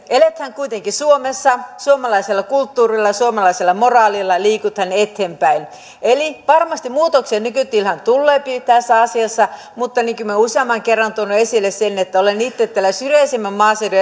eletään kuitenkin suomessa ja suomalaisella kulttuurilla ja suomalaisella moraalilla liikutaan eteenpäin eli varmasti muutoksia nykytilaan tuleekin tässä asiassa mutta niin kuin olen useamman kerran tuonut esille olen itse syrjäisimmän maaseudun